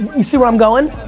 you see where i'm going?